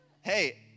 hey